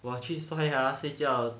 我去刷牙睡觉